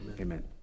Amen